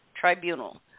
tribunal